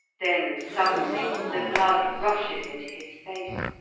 then suddenly the blood rushes into his face.